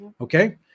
Okay